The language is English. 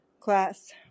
class